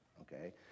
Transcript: okay